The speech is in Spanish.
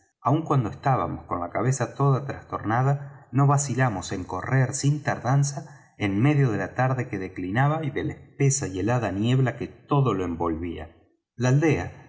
aun cuando estábamos con la cabeza toda trastornada no vacilamos en correr sin tardanza enmedio de la tarde que declinaba y de la espesa y helada niebla que todo lo envolvía la aldea